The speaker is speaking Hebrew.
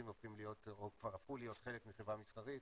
והופכים להיות או כבר הפכו להיות חלק מחברה מסחרית,